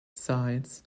sides